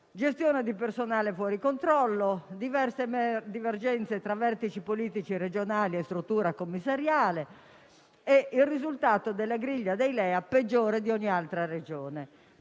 gestione del personale fuori controllo e le diverse divergenze tra vertici politici regionali e struttura commissariale, con il risultato di una griglia dei LEA peggiore di ogni altra Regione.